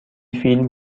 فیلم